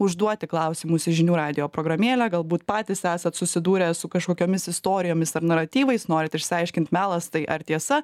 užduoti klausimus į žinių radijo programėlę galbūt patys esat susidūrę su kažkokiomis istorijomis ar naratyvais norit išsiaiškint melas tai ar tiesa